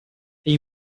they